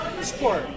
sport